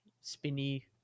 spinny